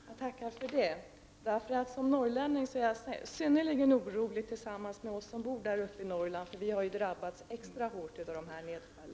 Herr talman! Jag tackar för det. Som norrlänning är jag, tillsammans med övriga norrlänningar, synnerligen orolig. Vi har ju drabbats extra hårt av dessa nedfall.